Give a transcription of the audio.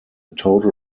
total